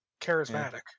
charismatic